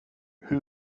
hur